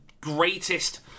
greatest